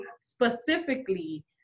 specifically